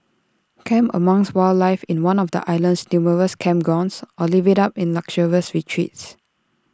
camp amongst wildlife in one of the island's numerous campgrounds or live IT up in luxurious retreats